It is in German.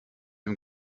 dem